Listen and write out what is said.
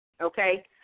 okay